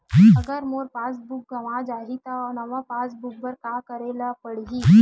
अगर मोर passbook गवां जाहि त नवा पास बुक बर का करे ल पड़हि?